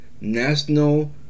national